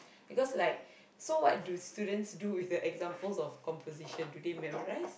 because like so what do students do with the examples of compositions do they memorise